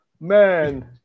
man